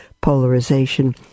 polarization